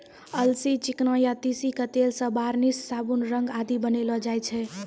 अलसी, चिकना या तीसी के तेल सॅ वार्निस, साबुन, रंग आदि बनैलो जाय छै